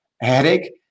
headache